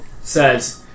says